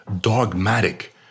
dogmatic